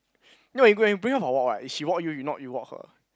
no you go and bring her for walk what she walk you not you walk her